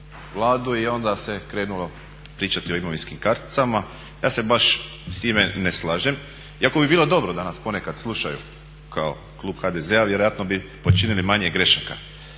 Vladu i onda se krenulo pričati o imovinskim karticama. Ja se baš s time ne slažem, iako bi bilo dobro da nas ponekad slušaju. Kao klub HDZ-a vjerojatno bi počinili manje grešaka.